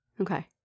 Okay